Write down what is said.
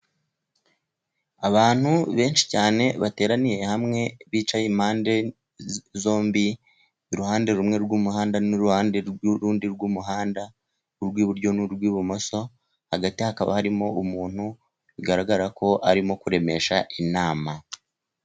Abantu benshi cyane bateraniye hamwe, bicaye impande zombi iruhande rumwe rw'umuhanda n'uruhande rundi rw'umuhanda, urw'iburyo nurw'ibumoso, hagati hakaba harimo umuntu bigaragara ko arimo kuremesha inama.